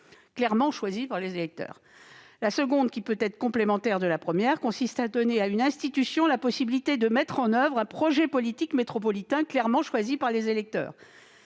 clairement choisi par les électeurs. La seconde méthode, qui peut être complémentaire de la première, consiste à donner à une institution la possibilité de mettre en oeuvre un projet politique métropolitain clairement choisi par les électeurs